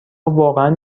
واقعا